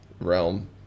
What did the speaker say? realm